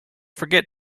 forget